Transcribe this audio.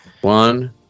One